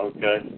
Okay